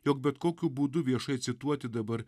jog bet kokiu būdu viešai cituoti dabar